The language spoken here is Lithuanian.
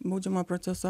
baudžiamojo proceso